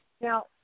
now